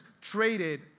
traded